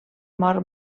mort